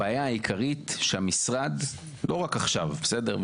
הבעיה העיקרית שהמשרד, לא רק עכשיו, בסדר?